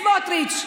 סמוטריץ'